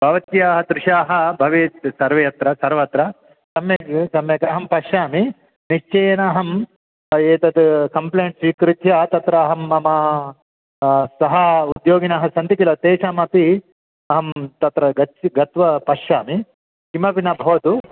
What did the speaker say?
भवत्याः दृष्टः भवेत् सर्वे अत्र सर्वत्र सम्यग् सम्यग् अहं पश्यामि निश्चयेन अहं एतद् कम्प्लेण्ड् स्वीकृत्य तत्र अहं मम सह उद्योगिनः सन्ति किल तेषामपि अहं तत्र गच् गत्वा पश्यामि किमपि न भवतु